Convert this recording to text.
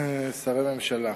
שרי הממשלה,